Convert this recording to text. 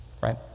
right